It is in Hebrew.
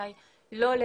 מתכוונים